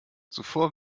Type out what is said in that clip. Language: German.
zuvor